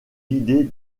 l’idée